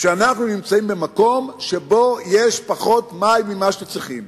שאנחנו נמצאים במקום שבו יש פחות ממה שצריכים.